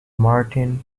martian